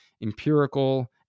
empirical